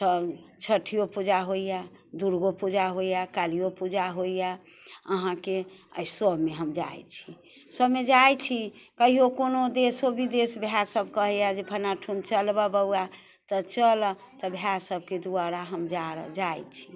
छठियो पूजा होइया दुर्गो पूजा होइया कालिओ पूजा होइया अहाँकेँ एहि सबमे हम जाइत छी सबमे जाइत छी कहिओ कोनो देशो विदेशो भाय सब कहैया जे फलना ठाम चलबऽ बौआ तऽ चलऽ तऽ भाय सबके द्वारा हम जा र जाइत छी